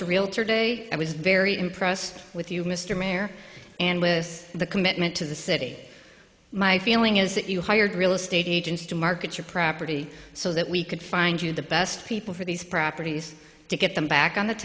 to realtor day i was very impressed with you mr mayor and with the commitment to the city my feeling is that you hired real estate agents to market your property so that we could find you the best people for these properties to get them back on the